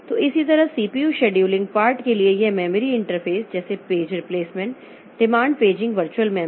तो इसी तरह सीपीयू शेड्यूलिंग पार्ट के लिए यह मेमोरी इंटरफ़ेस जैसे page replacement demand paging virtual memory